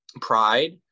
pride